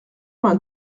vingt